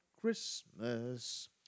Christmas